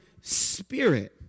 spirit